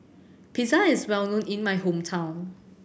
pizza is well known in my hometown